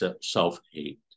self-hate